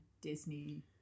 Disney